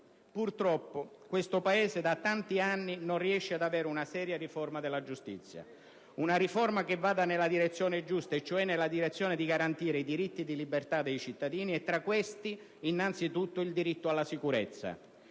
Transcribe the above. Purtroppo, questo Paese da tanti anni non riesce ad avere una seria riforma della giustizia, una riforma che vada nella direzione giusta e cioè nella direzione di garantire i diritti di libertà dei cittadini e tra questi, innanzitutto, il diritto alla sicurezza.